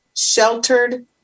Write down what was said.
sheltered